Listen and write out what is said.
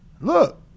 Look